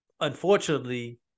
Unfortunately